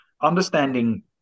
understanding